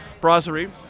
Brasserie